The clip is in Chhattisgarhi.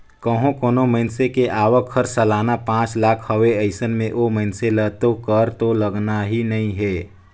कंहो कोनो मइनसे के आवक हर सलाना पांच लाख हवे अइसन में ओ मइनसे ल तो कर तो लगना ही नइ हे